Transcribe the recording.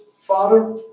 father